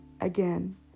again